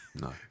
No